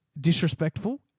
Disrespectful